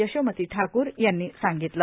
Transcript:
यशोमती ठाकूर यांनी सांगितले